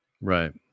Right